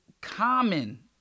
common